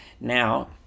Now